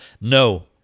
no